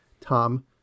Tom